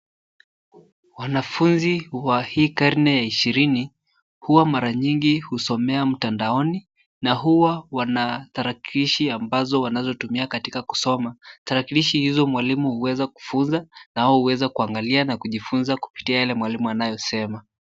Wanafunzi wa hii karne ya ishirini huwa mara nyingi husomea mtandaoni na huwa wana tarakilishi ambazo wanazotumia katika kusoma. Tarakilishi hizo mwalimu huweza kufuza na wao huweza kuangalia na kujifunza kupitia yale mwalimu anayosema.